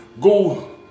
go